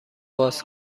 باز